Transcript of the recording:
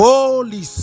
Holy